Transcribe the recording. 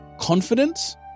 confidence